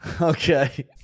Okay